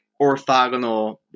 orthogonal